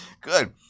good